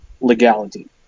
legality